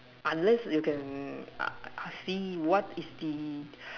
unless you can uh see what is the